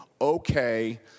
Okay